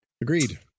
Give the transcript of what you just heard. Agreed